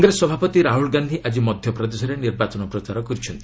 କଂଗ୍ରେସ ସଭାପତି ରାହ୍ରଲ ଗାନ୍ଧି ଆଜି ମଧ୍ୟପ୍ରଦେଶରେ ନିର୍ବାଚନ ପ୍ରଚାର କରିଛନ୍ତି